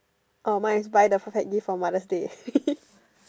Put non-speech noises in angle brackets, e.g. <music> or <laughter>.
oh mine is buy the perfect gift for mother's day <laughs>